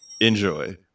Enjoy